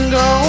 go